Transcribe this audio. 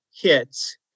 hits